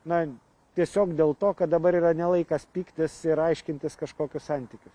na tiesiog dėl to kad dabar yra ne laikas pyktis ir aiškintis kažkokius santykius